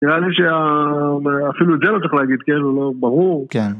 נראה לי שאפילו את זה לא צריך להגיד כן, הוא לא ברור. כן.